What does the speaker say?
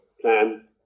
Plan